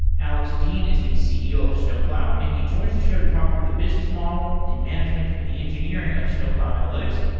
alex dean is the ceo of snowplow and he joins the show to talk through the business model, the management and the engineering of snowplow analytics,